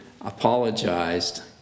apologized